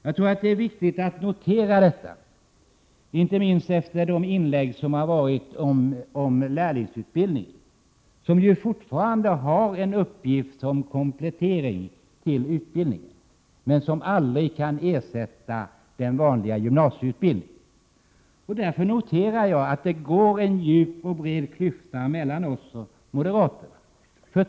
Jag tror det är viktigt att notera detta, inte minst efter de inlägg som gjorts om lärlingsutbildning. Denna har fortfarande en uppgift som komplettering, men den kan aldrig ersätta den vanliga gymnasieutbildningen. Därför noterar jag att det går en bred och djup klyfta mellan oss och moderaterna.